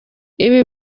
ibi